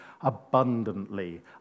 abundantly